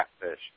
catfish